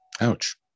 Ouch